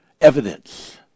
evidence